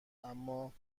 اماجاذبه